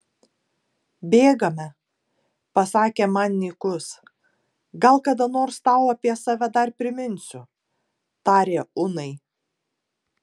bėgame pasakė man nykus gal kada nors tau apie save dar priminsiu tarė unai